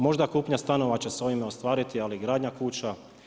Možda kupnja stanova će se s ovime ostvariti ali gradnja kuća.